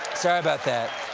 sorry about that.